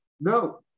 No